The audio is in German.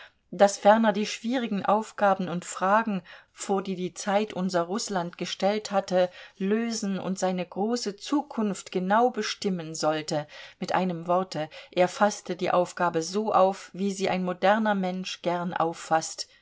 das ferner die schwierigen aufgaben und fragen vor die die zeit unser rußland gestellt hatte lösen und seine große zukunft genau bestimmen sollte mit einem worte er faßte die aufgabe so auf wie sie ein moderner mensch gern auffaßt